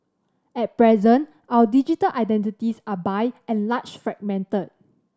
at present our digital identities are by and large fragmented